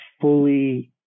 fully